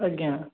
ଆଜ୍ଞା